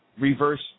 Reverse